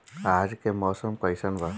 आज के मौसम कइसन बा?